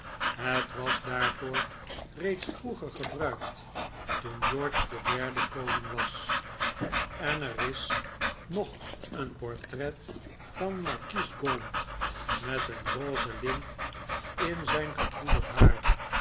het was daarvoor reeds vroeger gebruikt toen george iii koning was en er is nog een portret van markies gaunt met een rose lint in zijn gepoederd haar